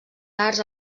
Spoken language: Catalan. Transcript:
arts